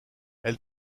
elle